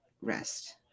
Rest